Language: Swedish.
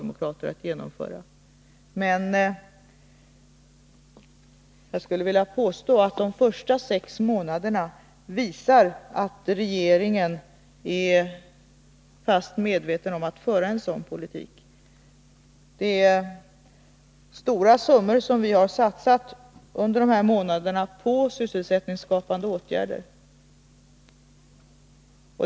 Men jag skulle vilja påstå att de första sex månaderna har visat att regeringen är fast besluten att föra en sådan politik. Vi har under dessa månader satsat stora summor på sysselsättningsskapande åtgärder.